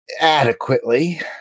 adequately